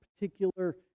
particular